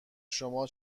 شما